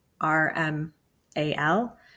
R-M-A-L